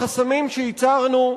בחסמים שייצרנו,